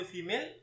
Female